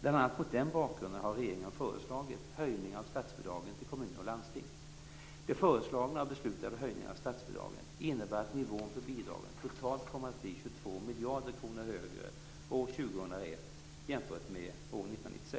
Bl.a. mot den bakgrunden har regeringen föreslagit höjningar av statsbidragen till kommuner och landsting. De föreslagna och beslutade höjningarna av statsbidragen innebär att nivån på bidragen totalt kommer att bli 22 miljarder kronor högre år 2001 än år 1996.